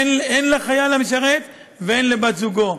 הן לחייל המשרת והן לבת זוגו,